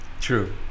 True